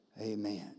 Amen